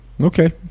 Okay